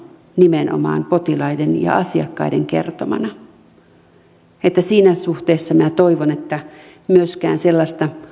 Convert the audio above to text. nimenomaan potilaiden ja asiakkaiden kertomana eli siinä suhteessa minä toivon että myöskään sellaista